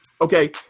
Okay